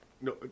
No